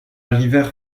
rivière